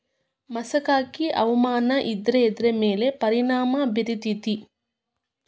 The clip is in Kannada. ಮಸಕಾಗಿ ಹವಾಮಾನ ಇದ್ರ ಎದ್ರ ಮೇಲೆ ಪರಿಣಾಮ ಬಿರತೇತಿ?